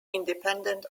independent